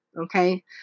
okay